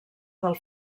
del